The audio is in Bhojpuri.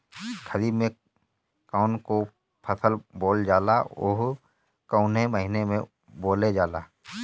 खरिफ में कौन कौं फसल बोवल जाला अउर काउने महीने में बोवेल जाला?